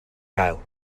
gael